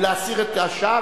ולהסיר את השאר,